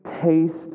taste